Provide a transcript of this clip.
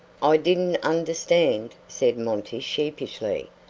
i didn't understand, said monty, sheepishly.